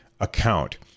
account